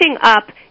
up